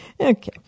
Okay